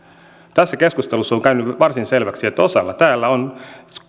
tässä keskustelussa on käynyt varsin selväksi että osalla täällä on